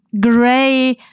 gray